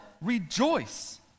rejoice